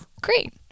great